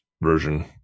version